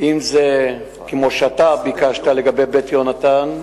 אם זה כמו שאתה ביקשת, לגבי "בית יהונתן",